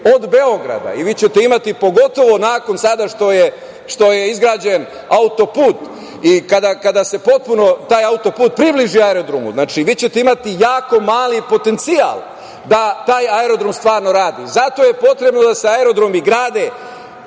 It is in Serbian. od Beograda. Vi ćete imati, pogotovo nakon sada što je izgrađen auto-put i kada se potpuno taj auto-put približi aerodromu, vi ćete imati jako mali potencijal da taj aerodrom stvarno radi. Zato je potrebno da se aerodromi grade